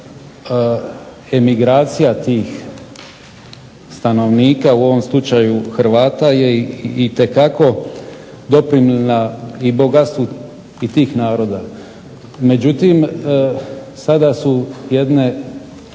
jedna emigracija tih stanovnika u ovom slučaju Hrvata je itekako doprinijela i bogatstvu i tih naroda. Međutim, sada su jedne